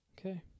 okay